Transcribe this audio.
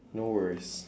no worries